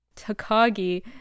Takagi